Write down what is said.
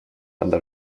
under